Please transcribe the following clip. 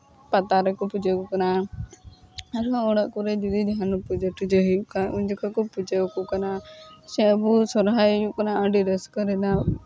ᱯᱟᱛᱟ ᱨᱮᱠᱚ ᱯᱩᱡᱟᱹᱣ ᱟᱠᱚ ᱠᱟᱱᱟ ᱟᱨᱦᱚᱸ ᱚᱲᱟᱜ ᱠᱚᱨᱮᱫ ᱡᱩᱫᱤ ᱡᱟᱦᱟᱱᱟᱜ ᱯᱩᱡᱟᱹ ᱴᱩᱡᱟᱹ ᱦᱩᱭᱩᱜ ᱠᱷᱟᱱ ᱩᱱ ᱡᱚᱠᱷᱚᱱ ᱠᱚ ᱯᱩᱡᱟᱹ ᱟᱠᱚ ᱠᱟᱱᱟ ᱥᱮ ᱟᱵᱚ ᱥᱚᱦᱨᱟᱭ ᱦᱩᱭᱩᱜ ᱠᱟᱱᱟ ᱟᱹᱰᱤ ᱨᱟᱹᱥᱠᱟᱹ ᱨᱮᱱᱟᱜ